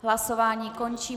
Hlasování končím.